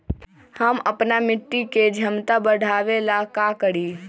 हम अपना मिट्टी के झमता बढ़ाबे ला का करी?